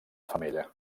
femella